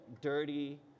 dirty